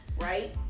Right